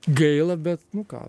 gaila bet nu ką